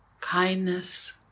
kindness